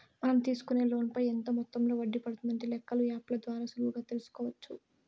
మనం తీసుకునే లోన్ పైన ఎంత మొత్తంలో వడ్డీ పడుతుందనే లెక్కలు యాప్ ల ద్వారా సులువుగా తెల్సుకోవచ్చు